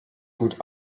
gut